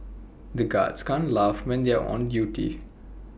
the guards can't laugh when they are on duty